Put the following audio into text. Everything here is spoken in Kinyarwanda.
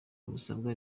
musabwa